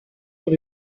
dans